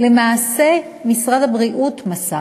למעשה משרד הבריאות מסר,